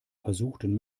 versuchten